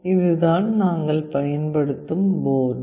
இதுதான் நாங்கள் பயன்படுத்தும் போர்டு